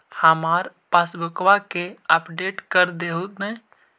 हमार पासबुकवा के अपडेट कर देहु ने?